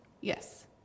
Yes